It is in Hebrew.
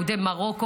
יהודי מרוקו,